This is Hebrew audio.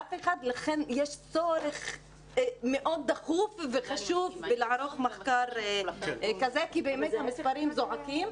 לכן יש צורך מאוד דחוף וחשוב לערוך מחקר כזה כי באמת המספרים זועקים.